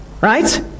right